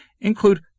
include